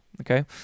Okay